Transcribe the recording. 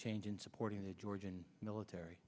change in supporting the georgian military